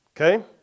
okay